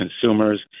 consumers